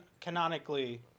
canonically